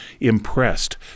impressed